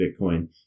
Bitcoin